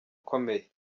ukomeye